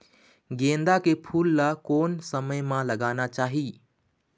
गेंदा के फूल ला कोन समय मा लगाना चाही?